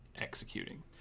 executing